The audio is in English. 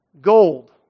gold